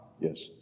Yes